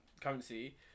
currency